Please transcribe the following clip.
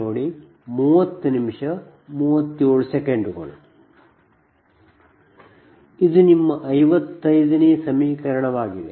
ಇದು ನಿಮ್ಮ 55 ನೇ ಸಮೀಕರಣವಾಗಿದೆ